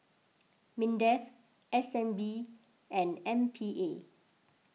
Mindef S N B and M P A